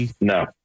No